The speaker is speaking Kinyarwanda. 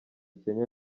kenya